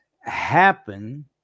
happen